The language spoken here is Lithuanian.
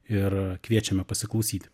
ir kviečiame pasiklausyti